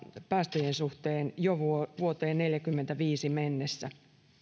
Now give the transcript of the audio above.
päästöjen suhteen jo vuoteen neljässäkymmenessäviidessä mennessä